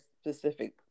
specific